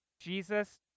Jesus